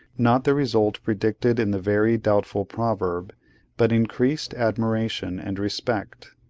not the result predicted in the very doubtful proverb but increased admiration and respect.